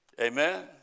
Amen